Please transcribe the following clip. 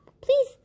please